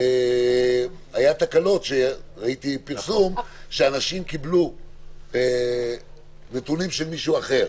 ראיתי פרסום שאנשים קיבלו נתונים של מישהו אחר.